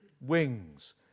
wings